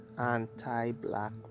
anti-black